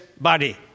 body